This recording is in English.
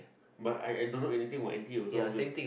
but I I don't know anything about n_t_u also